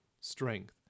strength